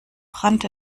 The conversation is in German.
brand